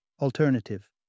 alternative